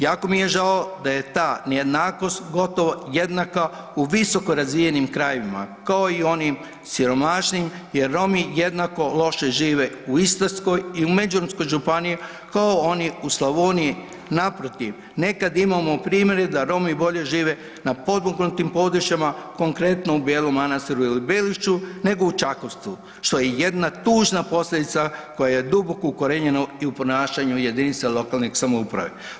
Jako mi je žao da je ta nejednakost gotovo jednaka u visokom razvijenim krajevima kao i onim siromašnijim jer Romi jednako loše žive u Istarskoj i u Međimurskoj županiji kao i oni u Slavoniji, naprotiv, nekad imamo primjere da Romi bolje žive na potpomognutim područjima, konkretno u Belom Manastiru ili Belišću nego u Čakovcu, što je jedna tužna posljedica koja je duboko ukorijenjena i u ponašanju jedinica lokalne samouprave.